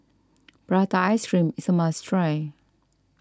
Prata Ice Cream is a must try